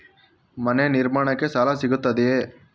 ಮನೆ ನಿರ್ಮಾಣಕ್ಕೆ ಸಾಲ ಸಿಗುತ್ತದೆಯೇ?